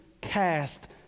cast